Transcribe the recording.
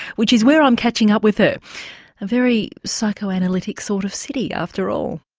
which is where i'm catching up with her. a very psychoanalytic sort of city after all.